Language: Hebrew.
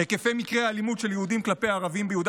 היקפי מקרי האלימות של יהודים כלפי ערבים ביהודה